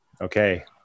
okay